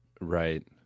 Right